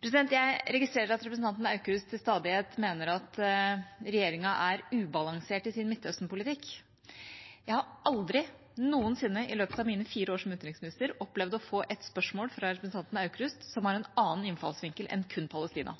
Jeg registrerer at representanten Aukrust til stadighet mener at regjeringa er ubalansert i sin Midtøsten-politikk. Jeg har aldri noensinne i løpet av mine fire år som utenriksminister opplevd å få ett spørsmål fra representanten Aukrust som har en annen innfallsvinkel enn kun Palestina.